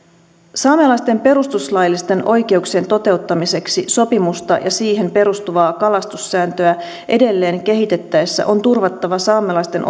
saamelaisten perustuslaillisten oikeuksien toteuttamiseksi sopimusta ja siihen perustuvaa kalastussääntöä edelleen kehitettäessä on turvattava saamelaisten